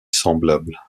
semblable